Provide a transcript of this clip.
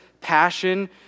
passion